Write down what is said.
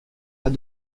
pas